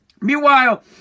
Meanwhile